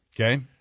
Okay